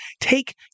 take